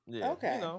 Okay